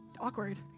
awkward